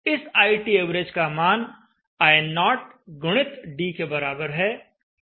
इस ITav का मान I0 गुणित d के बराबर है